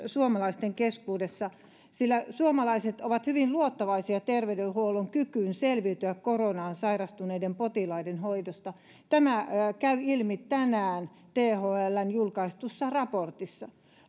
suomalaisten keskuudessa sillä suomalaiset ovat hyvin luottavaisia terveydenhuollon kykyyn selviytyä koronaan sairastuneiden potilaiden hoidosta tämä käy ilmi thln tänään julkaistussa raportissa